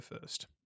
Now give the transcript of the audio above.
first